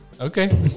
okay